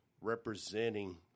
representing